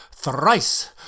Thrice